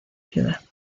ciudad